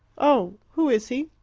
oh! who is he?